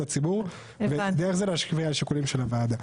הציבור ודרך זה להשפיע על השיקולים של הוועדה.